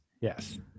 Yes